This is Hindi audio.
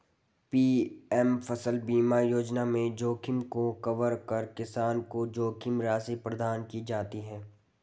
पी.एम फसल बीमा योजना में जोखिम को कवर कर किसान को जोखिम राशि प्रदान की जाती है